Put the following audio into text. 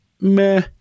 meh